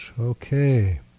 Okay